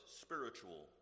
spiritual